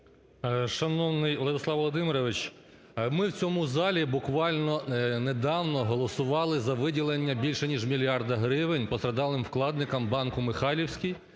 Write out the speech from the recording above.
Шановний Владислав Володимирович, ми в цьому залі буквально недавно голосували за виділення більше, ніж мільярда гривень постраждалим вкладникам банку "Михайлівський",